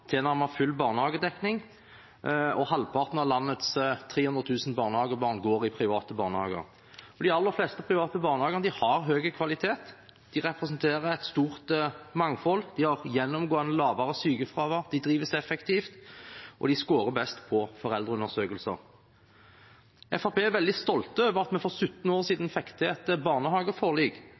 full barnehagedekning. Halvparten av landets 300 000 barnehagebarn går i private barnehager. De aller fleste private barnehagene har høy kvalitet. De representerer et stort mangfold. De har gjennomgående lavere sykefravær. De drives effektivt, og de skårer best på foreldreundersøkelser. Fremskrittspartiet er veldig stolt over at vi for 17 år siden fikk